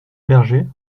berger